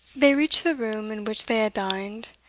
they reached the room in which they had dined,